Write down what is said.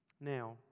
Now